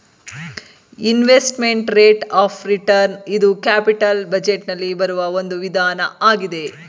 investment rate of return ಇದು capital budget ನಲ್ಲಿ ಬರುವ ಒಂದು ವಿಧಾನ ಆಗಿದೆ